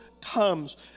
comes